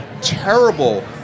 terrible